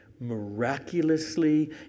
Miraculously